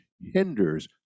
hinders